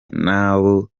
n’abo